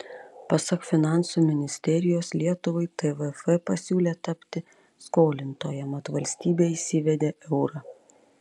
pasak finansų ministerijos lietuvai tvf pasiūlė tapti skolintoja mat valstybė įsivedė eurą